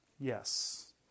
Yes